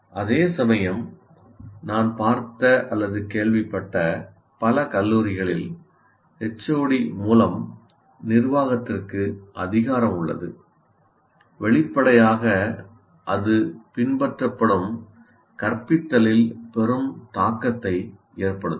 அதேசமயம் நாம் பார்த்த அல்லது கேள்விப்பட்ட பல கல்லூரிகளில் HOD மூலம் நிர்வாகத்திற்கு அதிகாரம் உள்ளது வெளிப்படையாக அது பின்பற்றப்படும் கற்பித்தலில் பெரும் தாக்கத்தை ஏற்படுத்தும்